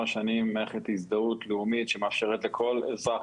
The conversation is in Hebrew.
שנים מערכת הזדהות לאומית שמאפשרת לכל אזרח,